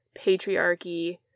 patriarchy